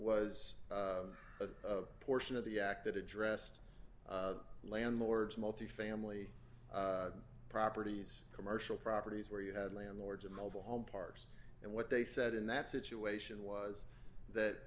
was a portion of the act that addressed landlords multifamily properties commercial properties where you had landlords and mobile home parks and what they said in that situation was that